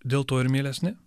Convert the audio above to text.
dėl to ir mielesni